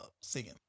singing